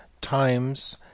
times